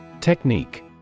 Technique